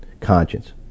conscience